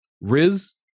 Riz